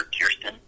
Kirsten